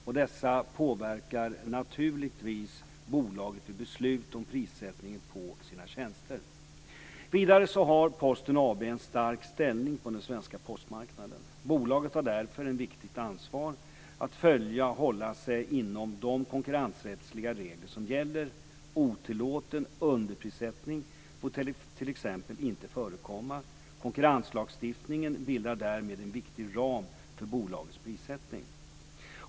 Dessa påverkar naturligtvis bolaget vid beslut om prissättningen av dess tjänster. Vidare har Posten AB en stark ställning på den svenska postmarknaden. Bolaget har därför ett viktigt ansvar för att följa och hålla sig inom de konkurrensrättsliga regler som gäller. Otillåten underprissättning får t.ex. inte förekomma. Konkurrenslagstiftningen bildar därmed en viktig ram för bolagets prissättning.